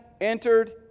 entered